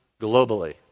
globally